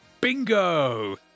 Bingo